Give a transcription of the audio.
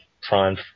trying